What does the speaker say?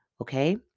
okay